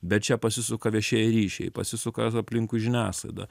bet čia pasisuka viešieji ryšiai pasisuka aplinkui žiniasklaida